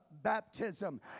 baptism